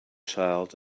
child